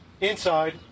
inside